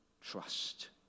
trust